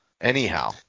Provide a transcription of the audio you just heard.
anyhow